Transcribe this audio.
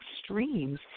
extremes